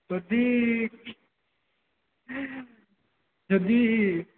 ଯଦି ଯଦି